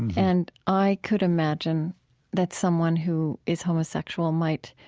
and i could imagine that someone who is homosexual might